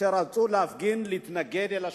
שרצו להפגין, להתנגד לשלטון.